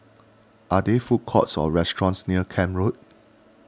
are there food courts or restaurants near Camp Road